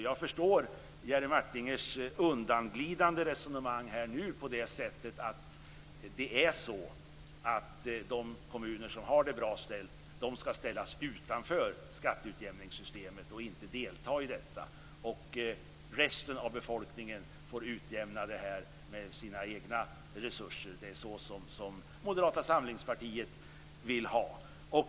Jag förstår Jerry Martingers undanglidande resonemang här på det sättet att han menar att de kommuner som har det bra ställt skall ställas utanför skatteutjämningssystemet och inte delta i detta, och resten av befolkningen får utjämna det här med sina egna resurser. Det är så som Moderata samlingspartiet vill ha det.